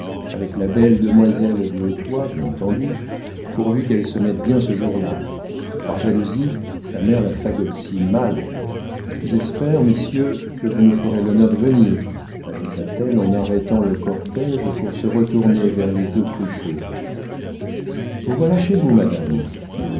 avec la belle demoiselle du hautoy bien entendu pourvu qu'elle se mette bien ce jour-là par jalousie sa mère la fagote si mal j'espère messieurs que vous nous ferez l'honneur de venir ajouta-t-elle en arrêtant le cortége pour se retourner vers les deux cruchot vous voilà chez vous madame